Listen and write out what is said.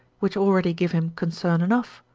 which already give him concern enough.